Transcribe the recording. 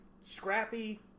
Scrappy